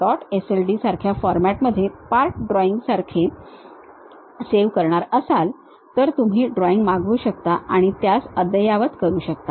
sld या सारख्या format मध्ये पार्ट ड्रॉइंग सारखे सेव्ह करणार असाल तर नंतर तुम्ही ड्रॉईंग मागवू शकता आणि त्यास अद्ययावत करू शकता